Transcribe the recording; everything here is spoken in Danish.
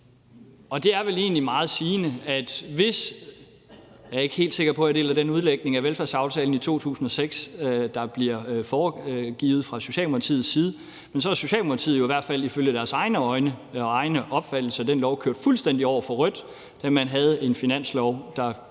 Det er vel egentlig meget sigende. Jeg er ikke helt sikker på, at jeg deler den udlægning af velfærdsaftalen i 2006, der bliver givet fra Socialdemokratiets side, men så er Socialdemokratiet jo i hvert fald ifølge deres egen opfattelse af den lov kørt fuldstændig over for rødt, da man havde en finanslov, der havde